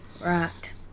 Right